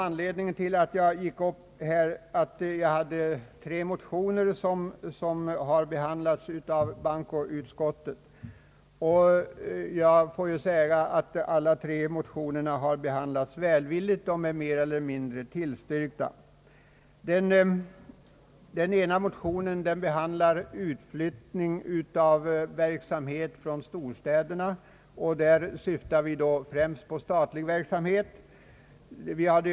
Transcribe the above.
Anledningen till att jag begärde ordet var egentligen att jag har väckt tre motioner, som behandlas i detta banko utskottets utlåtande. Jag måste säga att alla tre motionerna har behandlats välvilligt. De har mer eller mindre tillstyrkts. Den ena motionen rör utflyttning av verksamhet från storstäderna. Det är främst den statliga verksamheten som avses.